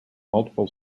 multiple